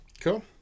Cool